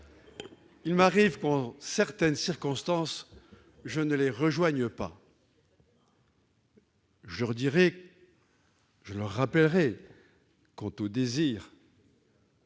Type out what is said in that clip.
il arrive que, en certaines circonstances, je ne les rejoigne pas. Je leur rappellerai, s'agissant du « désir